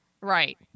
right